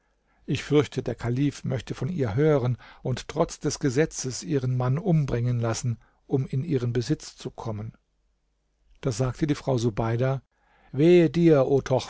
ich fürchte der kalif möchte von ihr hören und trotz des gesetzes ihren mann umbringen lassen um in ihren besitz zu kommen da sagte die frau subeida wehe dir